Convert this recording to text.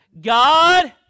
God